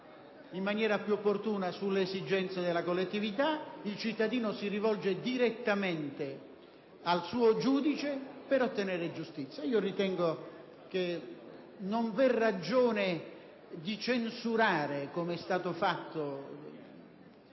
in maniera più opportuna sulle esigenze della collettività: il cittadino si rivolge direttamente al suo giudice per ottenere giustizia. Ritengo che non vi è ragione di censurare, com'è stato fatto,